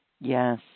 Yes